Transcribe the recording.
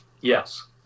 Yes